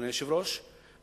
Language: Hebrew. אדוני היושב-ראש,